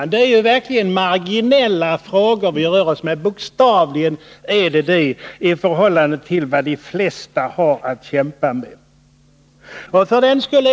Det är bokstavligen marginella frågor vi rör oss med i förhållande till dem som de flesta har att kämpa med.